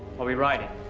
are we riding?